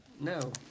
No